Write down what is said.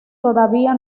todavía